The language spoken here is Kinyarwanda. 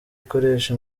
ikoresha